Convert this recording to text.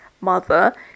mother